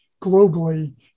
globally